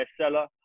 bestseller